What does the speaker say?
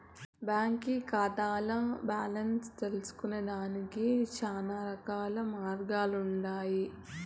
బాంకీ కాతాల్ల బాలెన్స్ తెల్సుకొనేదానికి శానారకాల మార్గాలుండన్నాయి